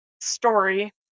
story